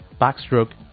backstroke